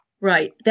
Right